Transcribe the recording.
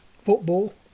football